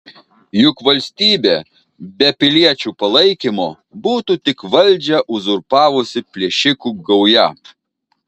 juk valstybė be piliečių palaikymo būtų tik valdžią uzurpavusi plėšikų gauja